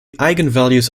eigenvalues